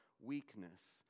weakness